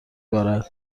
بارد